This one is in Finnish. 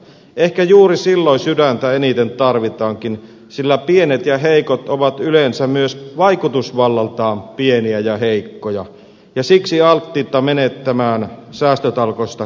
ehkä juuri silloin sydäntä eniten tarvitaankin sillä pienet ja heikot ovat yleensä myös vaikutusvallaltaan pieniä ja heikkoja ja siksi alttiita menettämään säästötalkoissa kaikista eniten